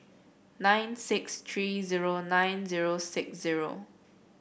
nine six three zero nine zero six zero